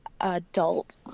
adult